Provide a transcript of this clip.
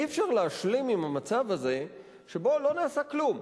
אי-אפשר להשלים עם המצב הזה שבו לא נעשה כלום.